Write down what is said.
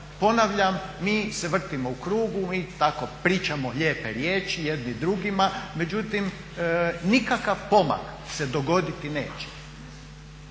ponavljam mi se vrtimo u krug, mi tako pričamo lijepe riječi jedni drugima, međutim nikakav pomak se dogoditi neće,